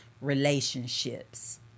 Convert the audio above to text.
relationships